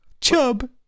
Chub